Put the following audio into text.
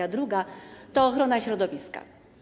A druga to ochrona środowiska.